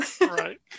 Right